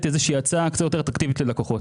איזה שהיא הצעה קצת יותר אטרקטיבית ללקוחות.